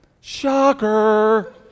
shocker